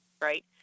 right